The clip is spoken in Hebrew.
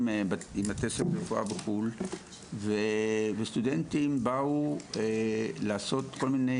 בתי ספר לרפואה בחו"ל וסטודנטים באו לעשות כל מיני